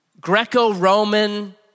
Greco-Roman